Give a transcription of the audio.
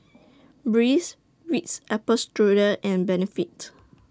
Breeze Ritz Apple Strudel and Benefit